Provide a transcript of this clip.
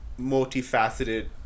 multifaceted